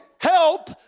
help